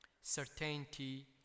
Certainty